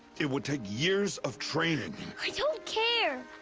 it would take years of training! i don't care!